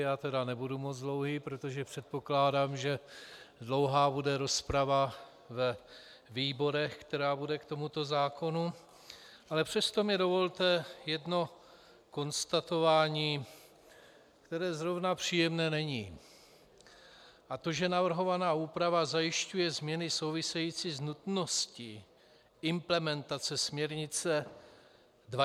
Já tedy nebudu moc dlouhý, protože předpokládám, že dlouhá bude rozprava ve výborech, která bude k tomuto zákonu, ale přesto mi dovolte jedno konstatování, které zrovna příjemné není, a to že navrhovaná úprava navrhuje změny související s nutností implementace směrnice 2011/98/EU.